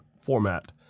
format